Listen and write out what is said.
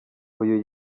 uyu